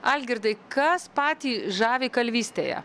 algirdai kas patį žavi kalvystėje